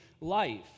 life